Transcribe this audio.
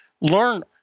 Learn